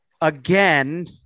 again